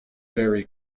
very